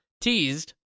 teased